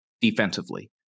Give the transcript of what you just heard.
defensively